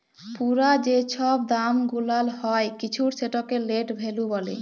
পুরা যে ছব দাম গুলাল হ্যয় কিছুর সেটকে লেট ভ্যালু ব্যলে